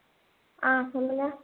ஆ சொல்லுங்கள்